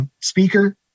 speaker